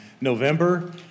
November